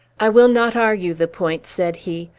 i will not argue the point, said he.